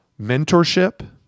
mentorship